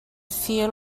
fir